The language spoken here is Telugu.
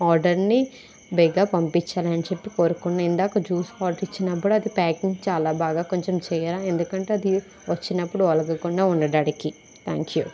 ఆర్డర్ని బేగా పంపించాలని చెప్పి కోరుకున్నాను ఇందాక జ్యూస్ ఆర్డర్ ఇచ్చినప్పుడు అది ప్యాకింగ్ చాలా బాగా కొంచెం చేయరా ఎందుకంటే అది వచ్చినప్పుడు ఒలగకుండా ఉండడానికి థ్యాంక్ యూ